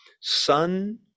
son